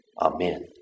Amen